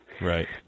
Right